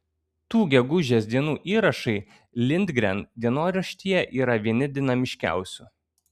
tų gegužės dienų įrašai lindgren dienoraštyje yra vieni dinamiškiausių